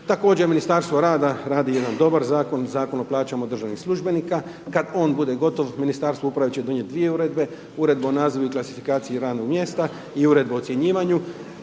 Također Ministarstvo rada radi jedan dobar zakon, Zakon o plaćama državnim službenika, kada on bude gotov, Ministarstvo uprave će donijeti dvije uredbe, uredbom o nazivu i klasifikaciji radnih mjesta i uredbe o ocjenjivanju,